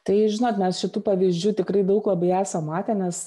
tai žinot mes šitų pavyzdžių tikrai daug labai esam matę nes